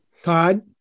Todd